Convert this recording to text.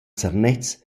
zernez